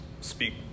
speak